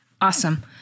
Awesome